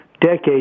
decades